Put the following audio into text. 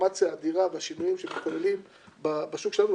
הטרנספורמציה האדירה והשינויים שמתחוללים בשוק שלנו.